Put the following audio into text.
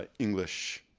ah english,